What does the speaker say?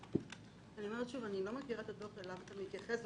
אני לא מכירה את הדוח אליו אתה מתייחס.